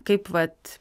kaip vat